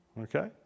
okay